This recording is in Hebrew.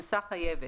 "הכנסה חייבת"